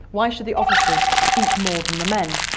why should the officers eat more than the men?